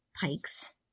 Pike's